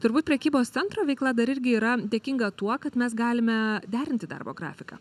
turbūt prekybos centro veikla dar irgi yra dėkinga tuo kad mes galime derinti darbo grafiką